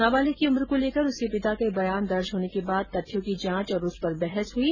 नाबालिग की उम्र को लेकर उसके पिता के बयान दर्ज होने के बाद तथ्यों की जाँच और उस पर बहस हुई